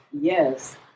Yes